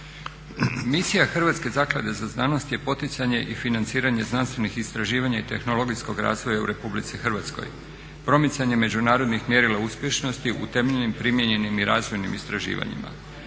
Misija Hrvatske zaklade za znanost je poticanje i financiranje znanstvenih istraživanja i tehnologijskog razvoja u Republici Hrvatskoj, promicanje međunarodnih mjerila uspješnosti u temeljnim, primijenjenim i razvojnim istraživanjima,